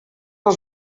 als